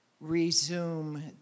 resume